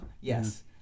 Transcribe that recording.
Yes